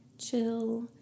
chill